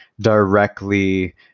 directly